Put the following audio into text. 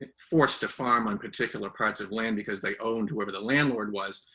forced to farm on particular parts of land because they owned whoever the landlord was.